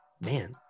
man